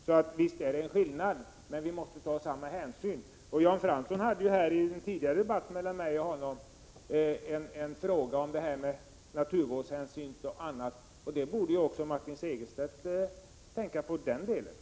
Visst finns det en skillnad, men vi måste ta samma naturvårdshänsyn. Jan Fransson togi den tidigare debatten mellan honom och mig upp frågan om naturvårdshänsynen och annat. Även Martin Segerstedt borde tänka på den frågan i det här sammanhanget.